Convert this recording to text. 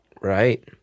Right